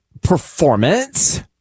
performance